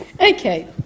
Okay